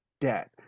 debt